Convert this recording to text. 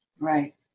Right